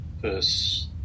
verse